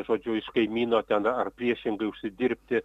žodžiu iš kaimyno ten ar priešingai užsidirbti